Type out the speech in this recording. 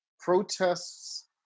protests